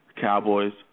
Cowboys